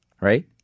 Right